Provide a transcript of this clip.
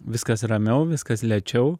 viskas ramiau viskas lėčiau